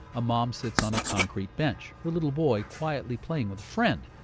a mom sits on a concrete bench, her little boy quietly playing with a friend.